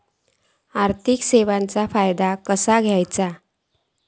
आर्थिक सेवाचो फायदो कसो घेवचो?